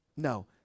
No